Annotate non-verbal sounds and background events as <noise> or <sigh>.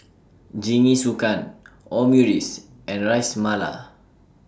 <noise> Jingisukan <noise> Omurice and Ras Malai